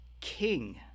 king